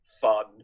fun